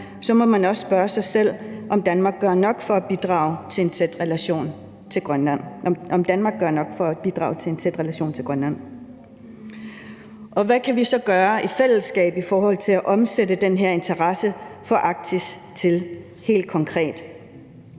må man også spørge sig selv, om Danmark gør nok for at bidrage til en tæt relation til Grønland. Hvad kan vi så gøre i fællesskab i forhold til at omsætte den her interesse for Arktis helt konkret?